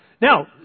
Now